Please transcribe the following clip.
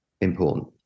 important